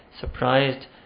surprised